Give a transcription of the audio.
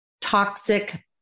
toxic